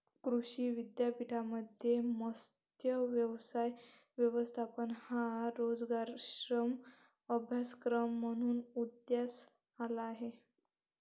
कृषी विद्यापीठांमध्ये मत्स्य व्यवसाय व्यवस्थापन हा रोजगारक्षम अभ्यासक्रम म्हणून उदयास आला आहे